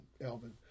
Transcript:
elvin